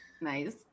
Nice